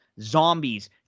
Zombies